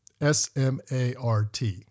S-M-A-R-T